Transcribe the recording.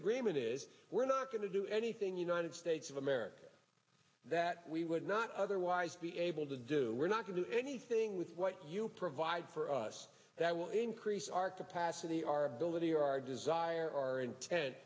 agreement is we're not going to do anything united states of america that we would not otherwise be able to do we're not going to anything with what you provide for us that will increase our capacity our ability or our desire our intent